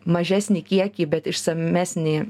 mažesnį kiekį bet išsamesnį